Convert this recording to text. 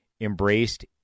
embraced